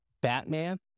Batman